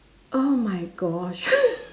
oh my gosh